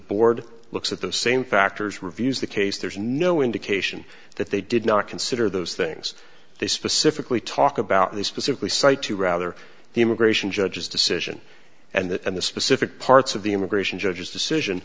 board looks at the same factors reviews the case there's no indication that they did not consider those things they specifically talk about these specifically cite to rather the immigration judge's decision and that and the specific parts of the immigration judge's decision